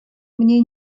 мне